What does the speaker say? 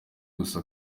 gusa